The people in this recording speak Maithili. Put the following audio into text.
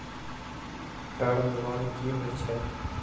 टर्म लोन कि होय छै?